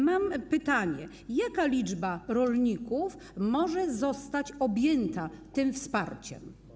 Mam pytanie: Jaka liczba rolników może zostać objęta tym wsparciem?